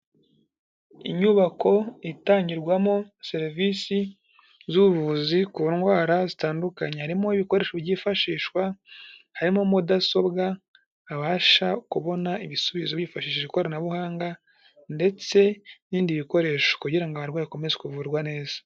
Inyubako itangirwamo serivisi z'ubuvuzi ku ndwara zitandukanye, harimo ibikoresho byifashishwa, harimo Mudasobwa babasha kubona ibisubizo hifashishijwe ikoranabuhanga, ndetse n'ibindi bikoresho kugira ngo abarwayi bakomeze kuvurwa neza.